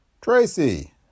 Tracy